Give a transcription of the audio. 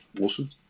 Awesome